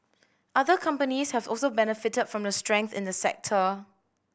other companies have also benefited from the strength in the sector